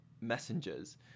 messengers